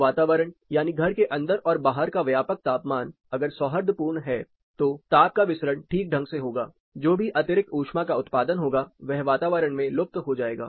तो वातावरण यानी घर के अंदर और बाहर का व्यापक तापमान अगर सौहार्दपूर्ण है तो ताप का विसरण ठीक ढंग से होगा जो भी अतिरिक्त ऊष्मा का उत्पादन होगा वह वातावरण में लुप्त हो जाएगा